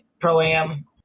pro-am